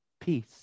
Peace